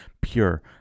pure